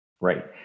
Right